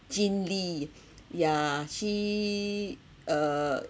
jin lee yeah she uh